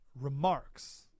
remarks